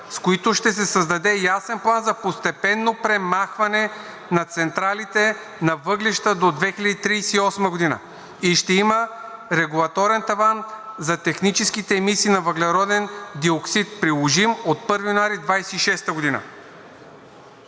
с които ще се създаде ясен план за постепенно премахване на централите на въглища до 2038 г. и ще има регулаторен таван за техническите емисии на въглероден диоксид, приложим от 1 януари 2026 г.“